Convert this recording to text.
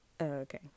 okay